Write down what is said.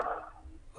במשרד המשפטים.